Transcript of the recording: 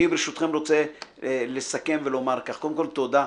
אני ברשותכם רוצה לסכם ולומר כך: קודם כול תודה.